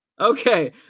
Okay